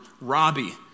Robbie